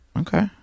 okay